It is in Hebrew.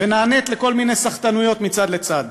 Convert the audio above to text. ונענית לכל מיני סחטנויות מצד לצד.